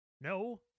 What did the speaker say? No